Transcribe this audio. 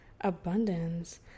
abundance